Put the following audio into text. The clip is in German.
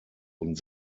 und